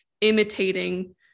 imitating